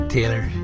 Taylor